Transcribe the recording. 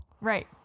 right